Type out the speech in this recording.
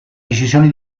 decisione